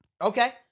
Okay